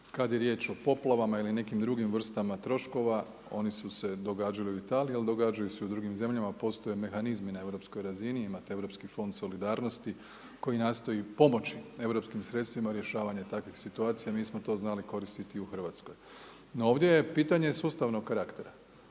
Kad je riječ o poplavama ili nekim drugim vrstama troškova, oni su se događali u Italiji, ali događaju se i u drugim zemljama, postoje mehanizmi na europskoj razini, imate europski fond solidarnosti koji nastoji pomoći europskim sredstvima rješavanje takvih situacija. Mi smo to znali koristiti i u RH. No, ovdje je pitanje sustavnog karaktera.